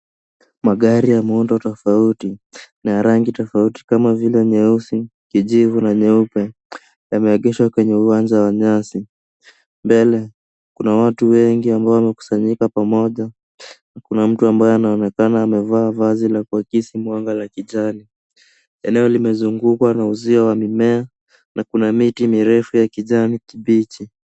Magari ya muundo tofauti na ya rangi tofauti kama vile nyeusi, kijivu na nyeupe yameengeshwa kwenye uwanja wa nyasi. Mbele kuna watu wengi ambao wamekusanyika pamoja na kuna mtu ambaye anaonekana amevaa vazi la kuakisi mwanga la kijani. Eneo limezungukwa na uzito wa mimea na kuna miti mirefu ya kijani kibichi.